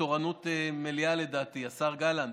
בתורנות מליאה, לדעתי, השר גלנט.